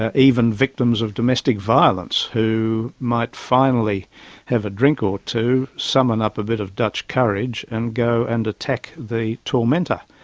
ah even victims of domestic violence who might finally have a drink or two, summon up a bit of dutch courage and go and attack the tormentor,